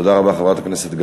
תודה רבה, חברת הכנסת גלאון.